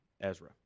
ezra